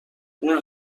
این